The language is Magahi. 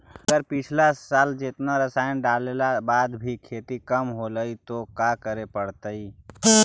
अगर पिछला साल जेतना रासायन डालेला बाद भी खेती कम होलइ तो का करे पड़तई?